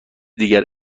دیگر